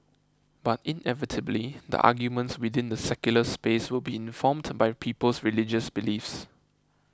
but inevitably the arguments within the secular space will be informed by people's religious beliefs